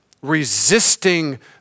resisting